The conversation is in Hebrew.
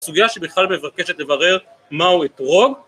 סוגיה שבכלל מבקשת לברר מהו אתרוג